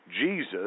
Jesus